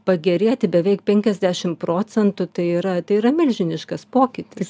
pagerėti beveik penkiasdešim procentų tai yra tai yra milžiniškas pokytis